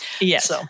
Yes